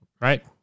right